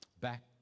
Back